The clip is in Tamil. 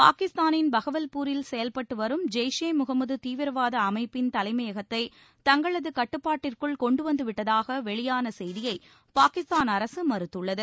பாகிஸ்தானின் பகவவ்பூரில் செயல்பட்டு வரும் ஜெய்ஷே முகமது தீவிரவாத அமைப்பின் தலைமையகத்தை தங்களது கட்டுப்பாட்டிற்குள் கொண்டு வந்தவிட்டதாக வெளியான செய்தியை பாகிஸ்தான் அரசு மறுத்துள்ளது